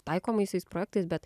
taikomaisiais projektais bet